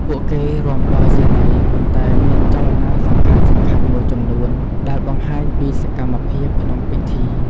ពួកគេរាំដោយសេរី ប៉ុន្តែមានចលនាសំខាន់ៗមួយចំនួនដែលបង្ហាញពីសកម្មភាពក្នុងពិធី។